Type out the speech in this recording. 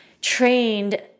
trained